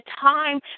time